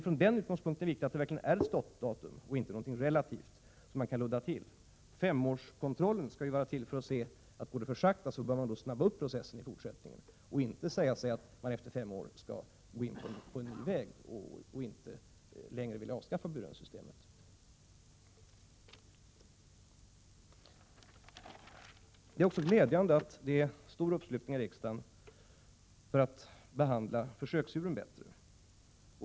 Från den utgångspunkten är det viktigt att ha ett stoppdatum och inte någonting relativt som man kan ludda till. Femårskontrollen är ju till för att man skall kunna se om det går för sakta och i så fall kunna påskynda processen i fortsättningen. Man skall inte efter fem år kunna säga sig att man får slå in på en ny väg, att man inte längre vill avskaffa burhönssystemet. Det är glädjande att det är stor uppslutning i riksdagen kring kraven på att behandla försöksdjuren bättre.